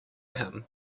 him